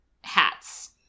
hats